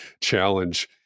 challenge